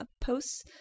posts